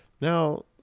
Now